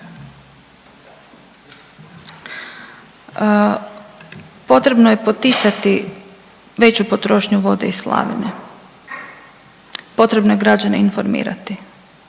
Potrebno je poticati veću potrošnju vode iz slavine, potrebno je građane informirati,